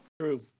True